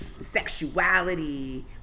sexuality